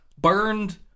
burned